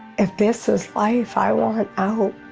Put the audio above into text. if this is life, i want it out.